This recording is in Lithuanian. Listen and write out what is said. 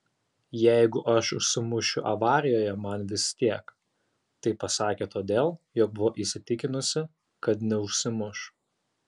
jeigu aš užsimušiu avarijoje man vis tiek tai pasakė todėl jog buvo įsitikinusi kad neužsimuš